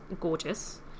gorgeous